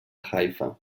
haifa